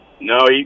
No